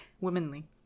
womanly